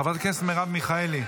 חברת הכנסת מרב מיכאלי,